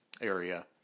area